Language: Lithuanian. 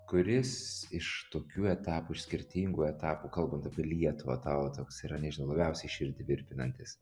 kuris iš tokių etapų iš skirtingų etapų kalbant apie lietuvą tau toks yra nežinau labiausiai širdį virpinantis